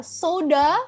soda